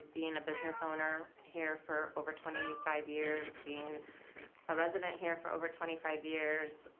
bein' a business owner here for over twenty five years, being a resident here for over twenty five years,